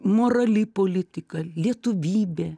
morali politika lietuvybė